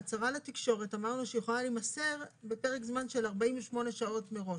ההצהרה לתקשורת אמרנו שהיא יכולה להימסר בפרק זמן של 48 שעות מראש.